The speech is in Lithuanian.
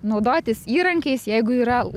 naudotis įrankiais jeigu yra